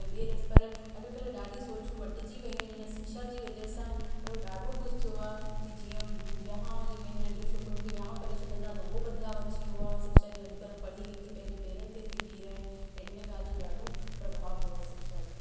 ॿे पर अॼकल्ह ॾाढी सोच मटजी वियू आहिनि हिन शिक्षा जी वज़ह सां अहिड़ो ॾाढो कुझु थियो आहे की जीअं वेयांह हुजे मेन नंढी छोकिरीयुनि खे वेयांह करे छॾंदा त हुओ बदलाव अची वियो आहे शिक्षा बि अॼकल्ह पढ़ी लिखी पंहिंजे पेरनि ते थी बीह रहनि त हिन ॻाल्हि जो ॾाढो प्रभाव पियो आहे शिक्षा जो